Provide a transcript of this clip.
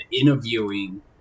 interviewing